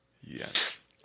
Yes